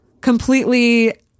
completely